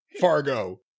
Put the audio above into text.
Fargo